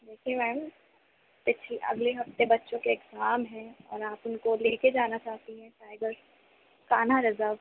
देखिए मैम अगले हफ़्ते बच्चों के एग्ज़ाम हैं और आप उनको ले के जाना चाहती हैं टाइगर कान्हा रिज़र्व